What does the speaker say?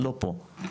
לא פה.